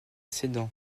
sedan